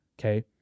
Okay